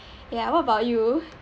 ya what about you